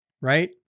Right